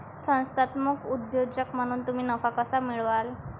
संस्थात्मक उद्योजक म्हणून तुम्ही नफा कसा मिळवाल?